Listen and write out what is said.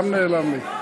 גם נעלם לי.